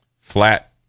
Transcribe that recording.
flat